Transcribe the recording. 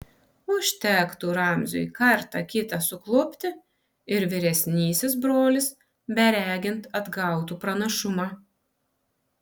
užtektų ramziui kartą kitą suklupti ir vyresnysis brolis beregint atgautų pranašumą